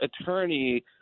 attorney